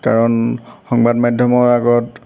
কাৰণ সংবাদ মাধ্যমৰ আগত